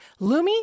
Lumi